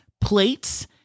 plates